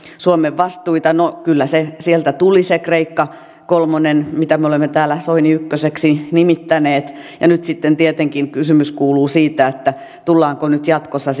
suomen vastuita no kyllä se sieltä tuli se kreikka kolmonen mitä me olemme täällä soini ykköseksi nimittäneet ja nyt sitten tietenkin kysymys kuuluu tullaanko nyt jatkossa